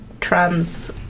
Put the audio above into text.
trans